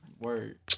Word